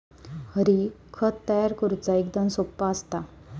हरी, खत तयार करुचा एकदम सोप्पा असता